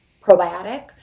probiotic